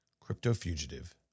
Crypto-fugitive